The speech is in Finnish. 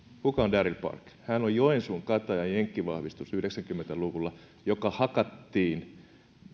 darryl parker hän on joensuun katajan jenkkivahvistus yhdeksänkymmentä luvulla joka hakattiin